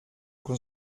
con